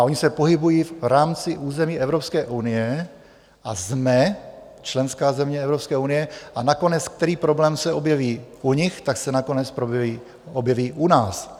Oni se pohybují v rámci území Evropské unie a jsme členská země Evropské unie, a nakonec který problém se objeví u nich, tak se nakonec objeví u nás.